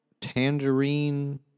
tangerine